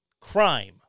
crime